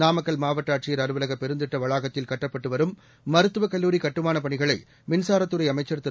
நாமக்கல் மாவட்ட ஆட்சியர் அலுவலக பெருந்திட்ட வளாகத்தில் கட்டப்பட்டு வரும் மருத்துவக் கல்லூரி கட்டுமானப் பணிகளை மின்சாரத்துறை அமைச்சர் திரு